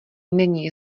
není